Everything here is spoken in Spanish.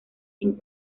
sin